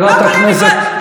מה את רוצה?